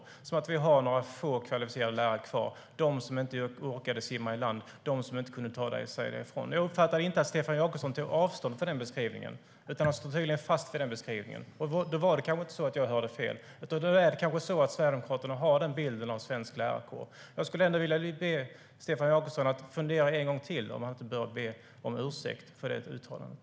Han sa att vi har några få kvalificerade lärare kvar, nämligen de som inte orkade simma i land och ta sig därifrån. Jag uppfattade inte att Stefan Jakobsson tog avstånd från den beskrivningen, utan han står tydligen fast vid den. Jag kanske inte hörde fel, utan det kanske är så att Sverigedemokraterna har den bilden av den svenska lärarkåren. Jag skulle vilja be Stefan Jakobsson fundera en gång till på om han inte bör be om ursäkt för det uttalandet.